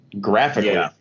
graphically